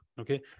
Okay